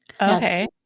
Okay